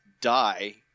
die